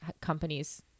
companies